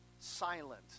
silent